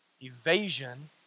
Evasion